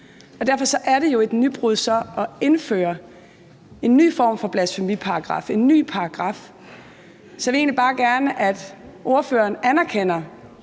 Derfor er det jo så et nybrud at indføre en ny form for blasfemiparagraf, en ny paragraf. Så jeg vil egentlig bare gerne have, at ordføreren anerkender